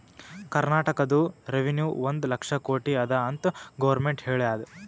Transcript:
ಕರ್ನಾಟಕದು ರೆವೆನ್ಯೂ ಒಂದ್ ಲಕ್ಷ ಕೋಟಿ ಅದ ಅಂತ್ ಗೊರ್ಮೆಂಟ್ ಹೇಳ್ಯಾದ್